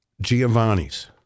Giovanni's